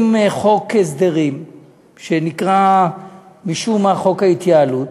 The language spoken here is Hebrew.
עם חוק הסדרים שנקרא משום מה "חוק ההתייעלות",